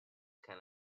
can